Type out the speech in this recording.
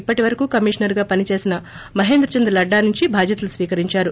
ఇప్పటి వరకు కమిషనర్ గా పని చేసిన మహాష్ చంద్ర లడ్డా నుంచి బాధ్యతలు స్వీకరిందారు